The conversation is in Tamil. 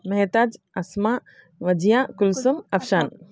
மேதாஜ் அஸ்மா வஜியா குல்ஸம் அஃப்ஸான்